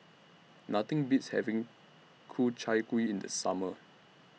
Nothing Beats having Ku Chai Kuih in The Summer